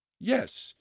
yes,